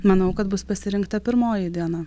manau kad bus pasirinkta pirmoji diena